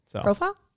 Profile